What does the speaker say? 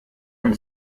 und